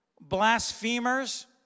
Blasphemers